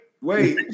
wait